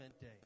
Day